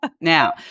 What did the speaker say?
Now